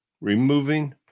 removing